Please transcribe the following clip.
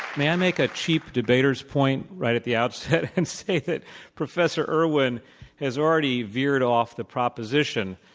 may i make a cheap debater's point right at the outset and say that professor irwin has already veered off the proposition.